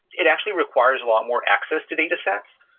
it actually requires a lot more access to datasets.